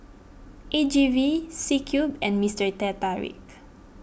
A G V C Cube and Mister Teh Tarik